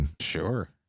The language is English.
sure